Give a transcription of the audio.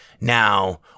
now